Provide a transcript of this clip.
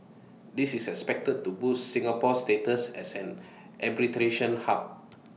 this is expected to boost Singapore's status as an arbitration hub